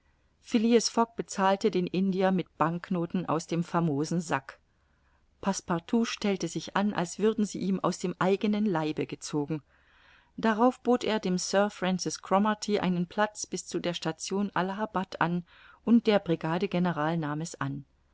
bezahlte den indier mit banknoten aus dem famosen sack passepartout stellte sich an als würden sie ihm aus dem eigenen leibe gezogen darauf bot er dem sir francis cromarty einen platz bis zu der station allahabad an und der brigadegeneral nahm es an